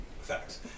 Facts